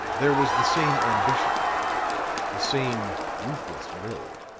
there was the same ambition the same ruthless will